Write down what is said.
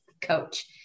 coach